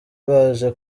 baje